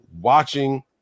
watching